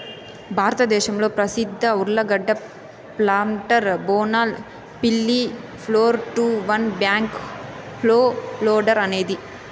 భారతదేశంలో ప్రసిద్ధ ఉర్లగడ్డ ప్లాంటర్ బోనాల్ పిల్లి four two one backhoe loader అనేది